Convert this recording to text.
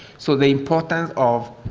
so the importance of